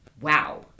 wow